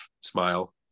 smile